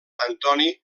antoni